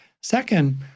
Second